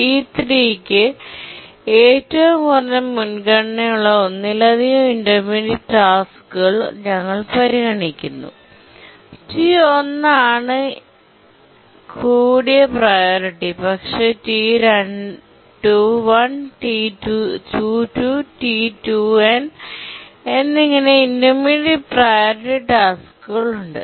T 3 ന് ഏറ്റവും കുറഞ്ഞ മുൻഗണനയുള്ള ഒന്നിലധികം ഇന്റർമീഡിയറ്റ് ടാസ്ക്കുകൾ ഞങ്ങൾ പരിഗണിക്കുന്നു T1 ആണ് കൂടിയ പ്രിയോറിറ്റി പക്ഷേ T2 1 T2 2 T2 n എന്നിങ്ങനെ ഇന്റർമീഡിയറ്റ് പ്രിയോറിറ്റിടാസ്ക്കുകൾ ഉണ്ട്